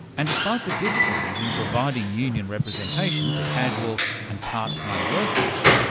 and despite the difficulties in providing union representation to casual and part-time workers,